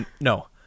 no